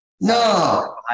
no